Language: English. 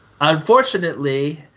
Unfortunately